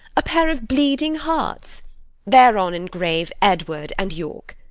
a pair of bleeding hearts thereon engrave edward and york.